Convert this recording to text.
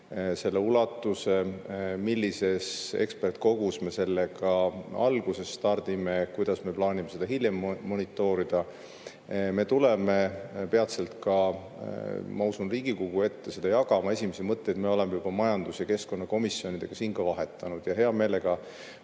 selle ulatust ning seda, millises ekspertkogus me sellega alguses stardime ja kuidas me plaanime seda hiljem monitoorida, me tuleme peatselt ka, ma usun, Riigikogu ette jagama. Esimesi mõtteid me oleme juba majandus‑ ja keskkonnakomisjoniga vahetanud ja hea meelega